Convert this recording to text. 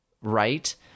right